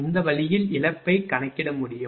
இந்த வழியில் இழப்பை கணக்கிட முடியும்